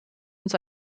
uns